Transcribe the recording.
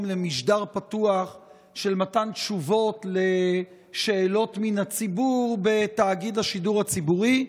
למשדר פתוח של מתן תשובות על שאלות של הציבור בתאגיד השידור הציבורי.